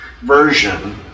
version